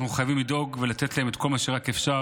אנחנו חייבים לדאוג ולתת להם את כל מה שרק אפשר.